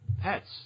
pets